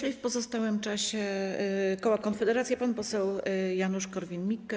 I w pozostałym czasie koła Konfederacja pan poseł Janusz Korwin-Mikke.